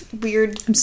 weird